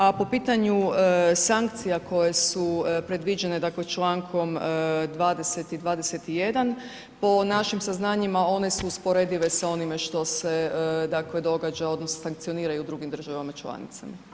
A po pitanju sankcija koje su predviđene dakle člankom 20. i 21. po našim saznanjima one su usporedive sa onime što se dakle događa odnosno sankcionira i u drugim državama članicama.